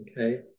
Okay